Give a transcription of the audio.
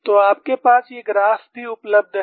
तो आपके पास ये ग्राफ भी उपलब्ध हैं